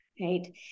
right